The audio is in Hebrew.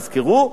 תזכרו,